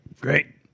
Great